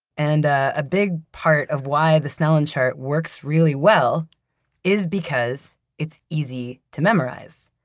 and a big part of why the snellen chart works really well is because it's easy to memorize.